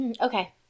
Okay